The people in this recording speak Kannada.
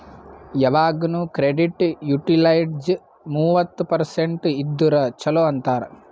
ಯವಾಗ್ನು ಕ್ರೆಡಿಟ್ ಯುಟಿಲೈಜ್ಡ್ ಮೂವತ್ತ ಪರ್ಸೆಂಟ್ ಇದ್ದುರ ಛಲೋ ಅಂತಾರ್